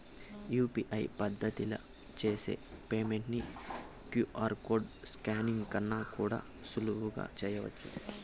UPI పద్దతిల చేసి payment ని క్యూ.ఆర్ కోడ్ స్కానింగ్ కన్నా కూడా సులువుగా చేయచ్చు